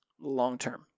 long-term